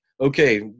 okay